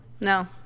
No